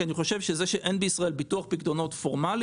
כי אני חושב שזה שאין בישראל ביטוח פקדונות פורמלי